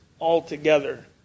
altogether